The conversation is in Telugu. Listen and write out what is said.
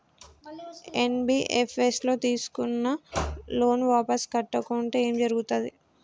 ఎన్.బి.ఎఫ్.ఎస్ ల తీస్కున్న లోన్ వాపస్ కట్టకుంటే ఏం జర్గుతది?